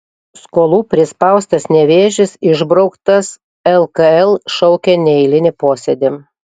skolų prispaustas nevėžis išbrauktas lkl šaukia neeilinį posėdį